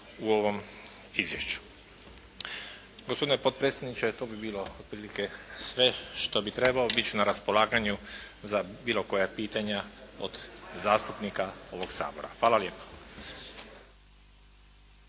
u ovom izvješću. Gospodine potpredsjedniče, to bi bilo otprilike sve što bi trebalo. Bit ću na raspolaganju za bilo koja pitanja od zastupnika ovog Sabora. Hvala lijepo.